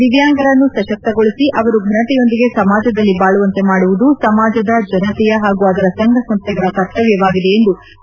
ದಿವ್ಲಾಂಗರನ್ನು ಸಶಕ್ತಗೊಳಿಸಿ ಅವರು ಫನತೆಯೊಂದಿಗೆ ಸಮಾಜದಲ್ಲಿ ಬಾಳುವಂತೆ ಮಾಡುವುದು ಸಮಾಜದ ಜನತೆಯ ಹಾಗೂ ಅದರ ಸಂಘಸಂಸ್ಥೆಗಳ ಕರ್ತವ್ಯವಾಗಿದೆ ಎಂದರು